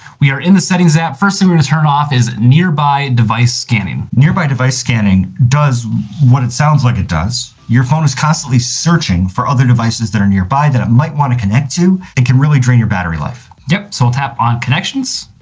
we are in the settings app. first thing we're going to turn off is nearby device scanning. nearby device scanning does what it sounds like it does. your phone is constantly searching for other devices that are nearby that it might want to connect to. it can really drain your battery life. yep, so we'll tap on connections.